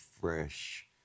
fresh